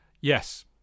Yes